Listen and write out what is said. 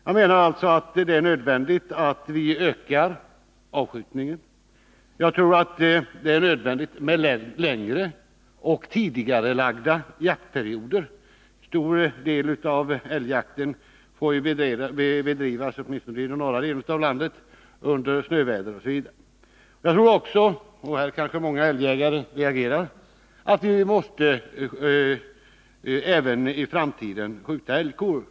Jag menar att det är nödvändigt att avskjutningen ökar. Jag tror att det är nödvändigt med längre och tidigarelagda jaktperioder. En stor del av älgjakten får ju — åtminstone i norra delen av landet — bedrivas i snöväder. Jag tror också — och här kanske många älgjägare reagerar -— att vi i framtiden måste skjuta även älgkor.